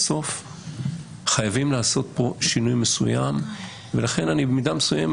בסוף חייבים לעשות כאן שינוי מסוים ולכן במידה מסוימת